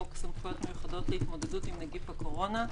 חוק סמכויות מיוחדות להתמודדות עם נגיף הקורונה.